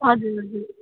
हजुर हजुर